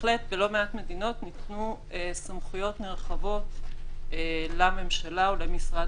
ובהחלט בלא מעט מדינות ניתנו סמכויות רחבות לממשלה או למשרד